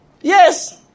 Yes